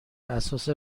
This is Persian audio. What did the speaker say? اساس